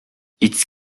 its